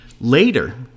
Later